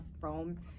Rome